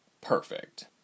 Perfect